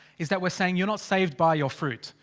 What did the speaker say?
is that we're saying, you're not saved by your fruit.